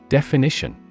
Definition